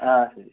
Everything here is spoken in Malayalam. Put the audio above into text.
ആ ശരി